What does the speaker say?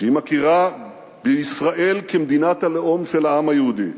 שהיא מכירה בישראל כמדינת הלאום של העם היהודי,